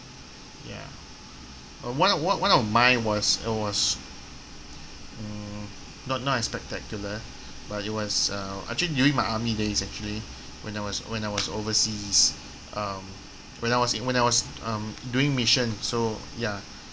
ya uh one one one of mine was it was mm not not as spectacular but it was uh actually during my army days actually when I was when I was overseas um when I was in when I was um doing mission so ya